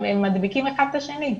הם מדביקים אחד את השני.